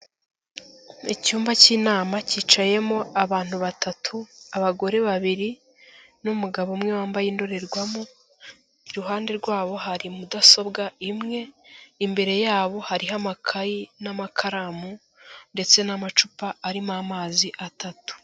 Icyumba cy'inama cyicayemo abantu batatu, abagore babiri n'umugabo umwe wambaye indorerwamo, iruhande rwabo hari mudasobwa imwe, imbere yabo hariho amakayi n'amakaramu ndetse n'amacupa arimo amazi atatu.